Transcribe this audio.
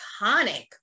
iconic